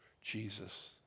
Jesus